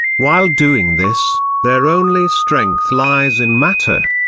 while doing this, their only strength lies in matter.